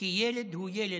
כי ילד הוא ילד,